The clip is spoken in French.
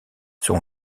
son